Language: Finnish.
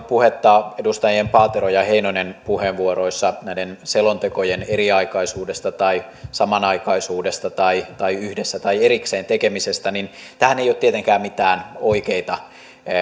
puhetta edustajien paatero ja heinonen puheenvuoroissa näiden selontekojen eriaikaisuudesta tai samanaikaisuudesta tai tai yhdessä tai erikseen tekemisestä niin tähän ei ole tietenkään mitään oikeita